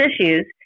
issues